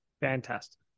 Fantastic